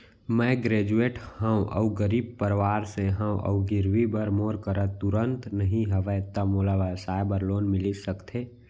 मैं ग्रेजुएट हव अऊ गरीब परवार से हव अऊ गिरवी बर मोर करा तुरंत नहीं हवय त मोला व्यवसाय बर लोन मिलिस सकथे?